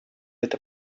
это